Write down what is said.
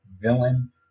villain